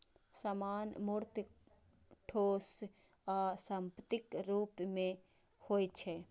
सामान मूर्त, ठोस आ संपत्तिक रूप मे होइ छै